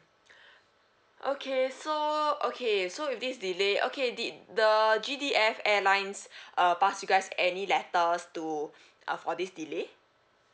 okay so okay so with this delay okay did the G_D_F airlines uh pass you guys any letters to uh for this delay